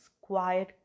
quiet